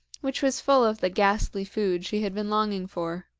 which was full of the ghastly food she had been longing for.